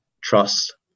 trust